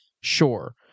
sure